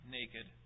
naked